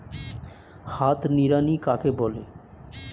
হাত নিড়ানি কাকে বলে?